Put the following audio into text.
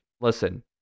listen